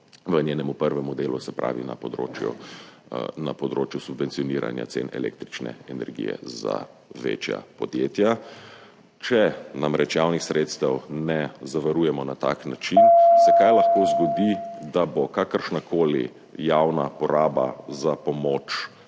v njegovem prvem delu, se pravi na področju subvencioniranja cen električne energije za večja podjetja. Če namreč javnih sredstev ne zavarujemo na tak način, se lahko zgodi, da bo kakršnakoli javna poraba za pomoč